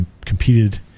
competed